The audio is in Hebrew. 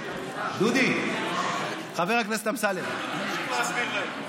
דודי, חבר הכנסת אמסלם, תמשיך להסביר להם.